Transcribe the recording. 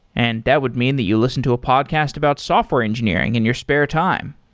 and that would mean that you listen to a podcast about software engineering in your spare time,